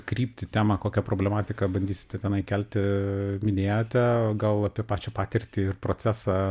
kryptį temą kokią problematiką bandysite tenai kelti minėjote gal apie pačią patirtį ir procesą